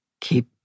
Keep